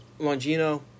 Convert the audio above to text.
Longino